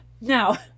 Now